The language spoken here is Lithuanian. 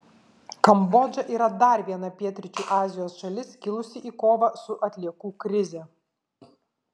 kambodža yra dar viena pietryčių azijos šalis kilusi į kovą su atliekų krize